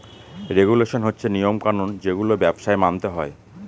regulation হচ্ছে নিয়ম কানুন যেগুলো ব্যবসায় মানতে হয়